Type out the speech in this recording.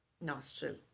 nostril